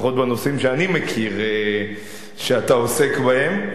לפחות בנושאים שאני מכיר שאתה עוסק בהם,